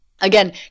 again